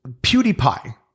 PewDiePie